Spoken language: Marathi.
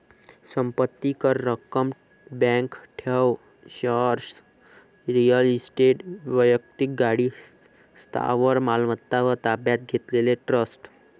संपत्ती कर, रक्कम, बँक ठेव, शेअर्स, रिअल इस्टेट, वैक्तिक गाडी, स्थावर मालमत्ता व ताब्यात घेतलेले ट्रस्ट